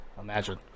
Imagine